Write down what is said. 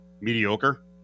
mediocre